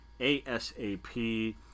ASAP